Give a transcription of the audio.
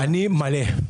הרבה.